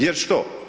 Jer što?